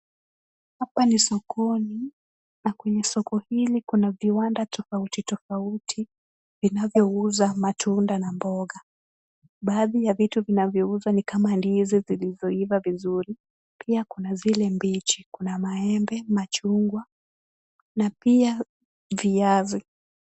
Hapa ni sokoni na kwenye soko hili kuna viwanda tofauti tofauti vinavyouza matunda na mboga. Baadhi ya vitu vinavyouzwa ni kama ndizi zilizoiva vizuri, pia kuna zile mbichi, kuna maembe, machungwa na pia viazi.